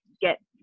get